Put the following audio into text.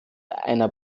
einer